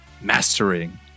mastering